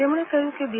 તેમણે કહ્યું કે બી